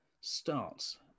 starts